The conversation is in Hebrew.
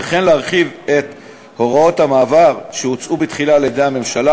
וכן להרחיב את הוראות המעבר שהוצעו בתחילה על-ידי הממשלה,